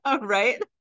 Right